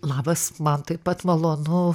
labas man taip pat malonu